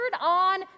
on